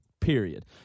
period